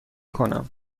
کنم